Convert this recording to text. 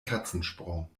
katzensprung